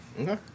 Okay